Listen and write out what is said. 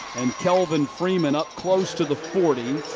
and kelvin freeman up close to the forty.